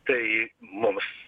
tai mums